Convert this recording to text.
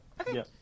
Okay